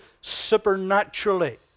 supernaturally